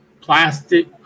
plastic